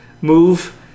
move